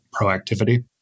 proactivity